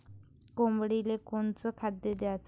कोंबडीले कोनच खाद्य द्याच?